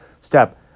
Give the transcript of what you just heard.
step